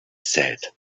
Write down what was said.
said